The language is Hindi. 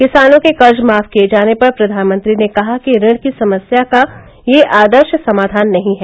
किसानों के कर्ज माफ किए जाने पर प्रधानमंत्री ने कहा कि ऋण की समस्या का यह आदर्श समाधान नहीं है